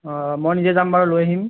অঁ মই নিজে যাম বাৰু লৈ আহিম